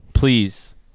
please